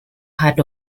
heard